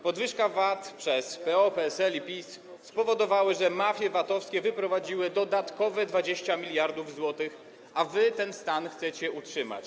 Podwyżka VAT przez PO, PSL i PiS spowodowała, że mafie VAT-owskie wyprowadziły dodatkowe 20 mld zł, a wy ten stan chcecie utrzymać.